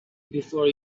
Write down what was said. before